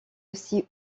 aussi